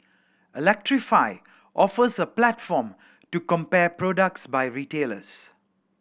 electrify offers a platform to compare products by retailers